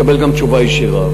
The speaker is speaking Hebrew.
תקבל גם תשובה ישירה.